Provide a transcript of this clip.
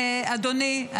אדוני,